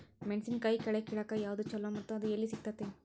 ಮೆಣಸಿನಕಾಯಿ ಕಳೆ ಕಿಳಾಕ್ ಯಾವ್ದು ಛಲೋ ಮತ್ತು ಅದು ಎಲ್ಲಿ ಸಿಗತೇತಿ?